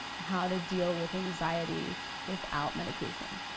how to deal with anxiety without medication.